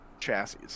chassis